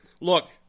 look